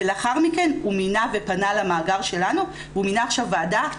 ולאחר מכן הוא פנה למאגר שלנו ומינה עכשיו ועדה,